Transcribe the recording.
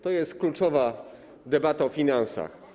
To jest kluczowa debata o finansach.